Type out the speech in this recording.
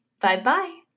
Bye-bye